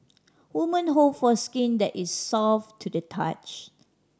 women hope for skin that is soft to the touch